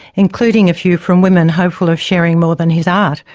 including a few from women hopeful of sharing more than his art!